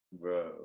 Bro